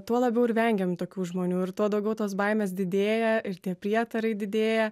tuo labiau ir vengiam tokių žmonių ir tuo daugiau tos baimės didėja ir tie prietarai didėja